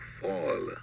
fall